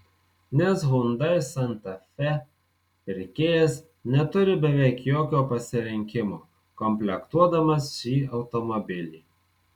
nes hyundai santa fe pirkėjas neturi beveik jokio pasirinkimo komplektuodamas šį automobilį